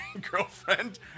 girlfriend